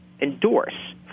endorse